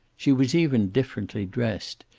she was even differently dressed,